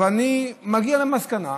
אבל אני מגיע למסקנה,